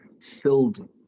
filled